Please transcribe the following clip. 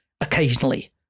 occasionally